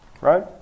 right